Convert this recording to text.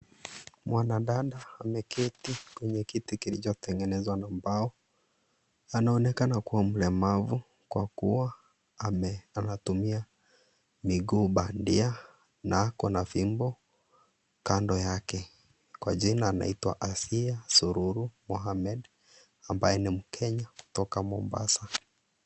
Mwanadada ameketi kwenye kiti kilichotengenezwa na mbao. Anaonekana kuwa mlemavu kwa kuwa anatumia miguu bandia, na ako na fimbo kando yake. Kwa jina anaitwa Asiya Sururu Mohammed, ambaye ni Mkenya kutoka Mombasa.